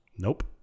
Nope